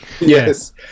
Yes